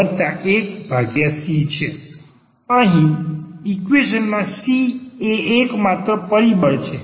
અહીં ઈક્વેશન માં c એ એક માત્ર પરિબળ છે